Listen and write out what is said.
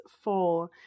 full